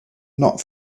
not